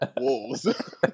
wolves